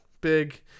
big